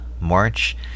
March